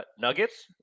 Nuggets